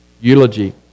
eulogy